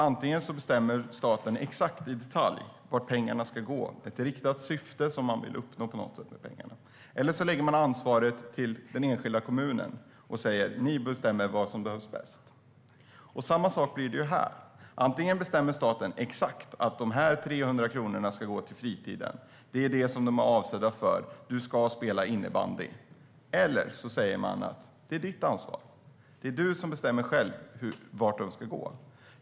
Antingen bestämmer staten i detalj vart pengarna ska gå - man riktar pengarna för ett speciellt syfte - eller så förlägger man ansvaret till den enskilda kommunen och säger: Ni bestämmer vad som behövs bäst. Samma sak blir det här. Antingen bestämmer staten exakt att de här 300 kronorna ska gå till fritidsaktiviteter - det är det som de är avsedda för, så du ska spela innebandy - eller så säger man att det är ditt ansvar. Det är du själv som bestämmer vart pengarna ska gå.